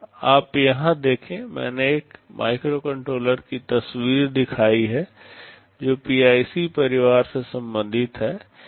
आप यहां देखें मैंने एक माइक्रोकंट्रोलर की तस्वीर दिखाई है जो PIC परिवार से संबंधित है